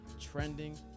trending